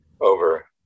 over